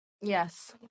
Yes